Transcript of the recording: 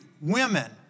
women